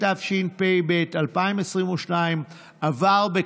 התשפ"ב 2022, נתקבל.